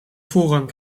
voorrang